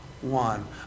one